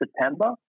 September